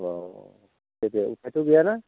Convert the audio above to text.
अह जेबो उफायथ गैयाना